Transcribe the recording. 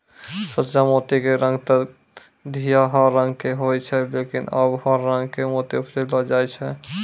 सच्चा मोती के रंग तॅ घीयाहा रंग के होय छै लेकिन आबॅ हर रंग के मोती उपजैलो जाय छै